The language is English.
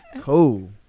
cool